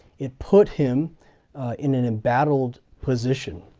it put him in an embattled position.